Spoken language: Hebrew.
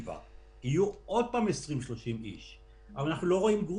אנחנו רואים אותה הולכת ועולה ואנחנו יודעים שהיא תמשיך